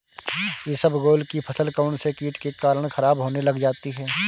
इसबगोल की फसल कौनसे कीट के कारण खराब होने लग जाती है?